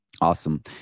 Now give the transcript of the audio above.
Awesome